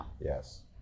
Yes